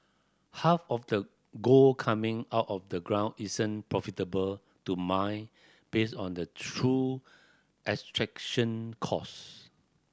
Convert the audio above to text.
half of the gold coming out of the ground isn't profitable to mine based on the true extraction cost